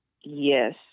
Yes